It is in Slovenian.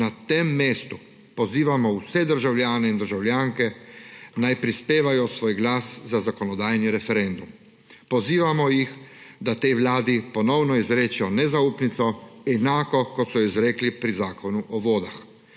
na tem mestu pozivamo vse državljane in državljanke, naj prispevajo svoj glas za zakonodajni referendum. Pozivamo jim, da tej vladi ponovno izrečejo nezaupnico, tako kot so jo izrekli pri Zakonu o vodah.